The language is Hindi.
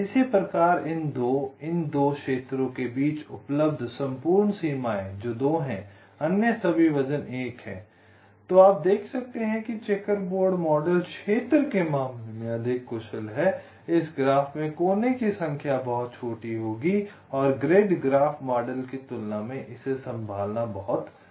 इसी प्रकार इन 2 इन 2 क्षेत्रों के बीच उपलब्ध संपूर्ण सीमाएँ जो 2 हैं अन्य सभी वजन हैं 1 तो आप देख सकते हैं कि चेकर बोर्ड मॉडल क्षेत्र के मामले में अधिक कुशल है इस ग्राफ में कोने की संख्या बहुत छोटी होगी और ग्रिड ग्राफ मॉडल की तुलना में इसे संभालना बहुत आसान है